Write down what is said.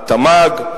התמ"ג,